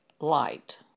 light